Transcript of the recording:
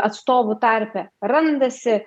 atstovų tarpe randasi